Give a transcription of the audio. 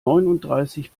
neununddreißig